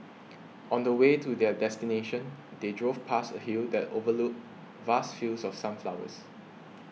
on the way to their destination they drove past a hill that overlooked vast fields of sunflowers